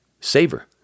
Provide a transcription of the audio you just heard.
savor